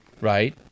right